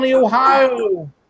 Ohio